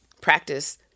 practice